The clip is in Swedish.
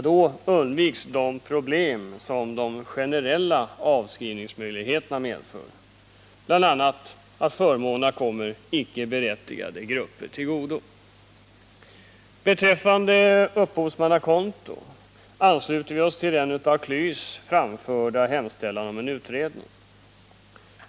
Då undviks de problem som de generella avskrivningsmöjligheterna medför, bl.a. att förmånerna kommer icke berättigade grupper till godo. Beträffande upphovsmannakonto ansluter vi oss till den av KLYS framförda hemställan om en utredning.